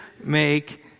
make